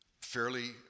fairly